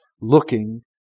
looking